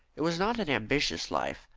it was not an ambitious life,